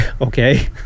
Okay